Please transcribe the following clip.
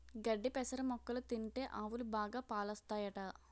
గడ్డి పెసర మొక్కలు తింటే ఆవులు బాగా పాలుస్తాయట